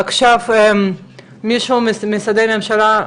עכשיו מישהו ממשרדי הממשלה.